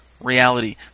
reality